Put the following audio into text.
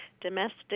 domestic